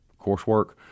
coursework